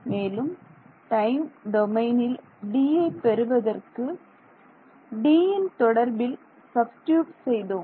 மேலும் டைம் டொமைனில் Dயை பெறுவதற்கு Dன் தொடர்பில் சப்ஸ்டிட்யூட் செய்தோம்